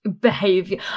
behavior